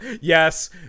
Yes